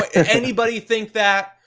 anybody think that?